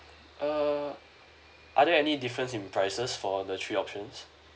err are there any difference in prices for the three options